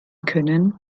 können